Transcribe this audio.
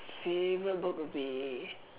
favorite book would be